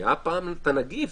היה פעם את הנגיף,